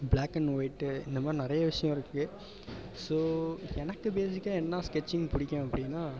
block and white இந்த மாதிரி நிறைய விஷயம் இருக்குது ஸோ எனக்கு பேசிக்காக என்ன ஸ்கெட்சிங் பிடிக்கும் அப்படின்னா